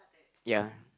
ya